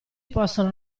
possono